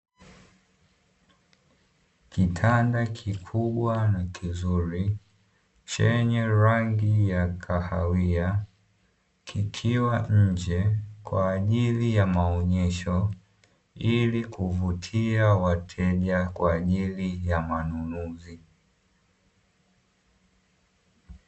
Kitanda kikubwa na kizuri chenye rangi ya kahawia, kikiwa nje kwa ajili ya maonyesho ili kuvutia wateja kwa ajili ya manunuzi.